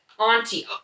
Auntie